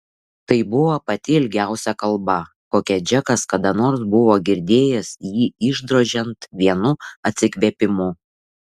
tai buvo pati ilgiausia kalba kokią džekas kada nors buvo girdėjęs jį išdrožiant vienu atsikvėpimu